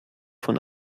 von